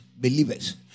believers